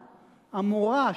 המורא,